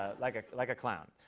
ah like ah like a clown.